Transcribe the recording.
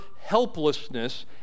helplessness